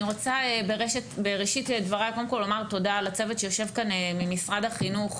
אני רוצה בראשית דבריי קודם כל לומר תודה לצוות שיושב כאן ממשרד החינוך.